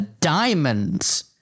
diamonds